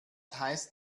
heißt